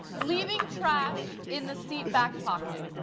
leaving trash in the seatback pocket.